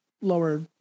lower